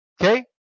Okay